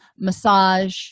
massage